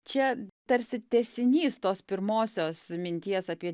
čia tarsi tęsinys tos pirmosios minties apie